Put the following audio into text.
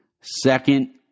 second